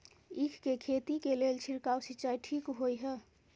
ईख के खेती के लेल छिरकाव सिंचाई ठीक बोय ह?